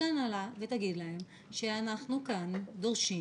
ותגיד להם שאנחנו כאן דורשים,